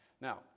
Now